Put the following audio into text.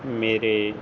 ਮੇਰੇ